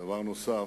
דבר נוסף,